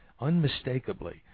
Unmistakably